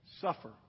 suffer